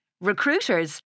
Recruiters